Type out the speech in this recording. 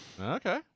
Okay